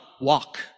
walk